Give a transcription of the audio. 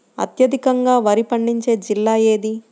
అత్యధికంగా వరి పండించే జిల్లా ఏది?